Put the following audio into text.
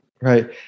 right